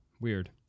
Weird